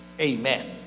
Amen